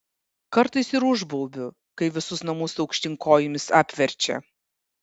kartais ir užbaubiu kai visus namus aukštyn kojomis apverčia